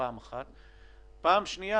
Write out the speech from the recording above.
דבר שני,